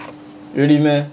really meh